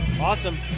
Awesome